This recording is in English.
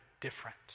different